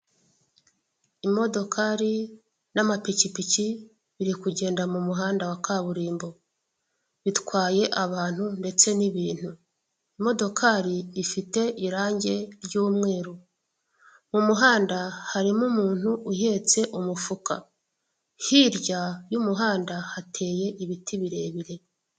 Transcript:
Imodokari n'amapikipiki biri kugenda mu muhanda wa kaburimbo. Bitwaye abantu ndetse n'ibintu. Imodokari ifite irange ry'umweru. Mu muhanda harimo umuntu uhetse umufuka. Hirya y'umuhanda hateye ibiti birebire.